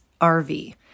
RV